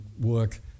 work